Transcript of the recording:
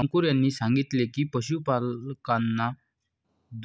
अंकुर यांनी सांगितले की, पशुपालकांना